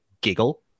giggle